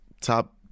top